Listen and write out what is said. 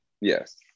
Yes